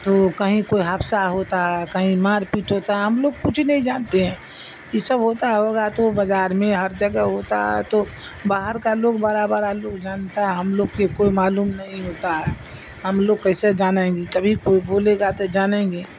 تو کہیں کوئی حادثہ ہوتا ہے کہیں مار پیٹ ہوتا ہے ہم لوگ کچھ نہیں جانتے ہیں یہ سب ہوتا ہے ہوگا تو بازار میں ہر جگہ ہوتا ہے تو باہر کا لوگ بڑا بڑا لوگ جانتا ہے ہم لوگ کے کوئی معلوم نہیں ہوتا ہے ہم لوگ کیسے جانیں گے کبھی کوئی بولے گا تو جانیں گے